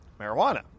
marijuana